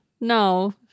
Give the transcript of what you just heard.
No